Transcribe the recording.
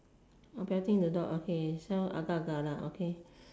oh petting the dog okay so agak agak lah okay